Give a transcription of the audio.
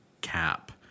cap